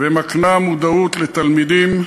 ומקנה מודעות לתלמידים.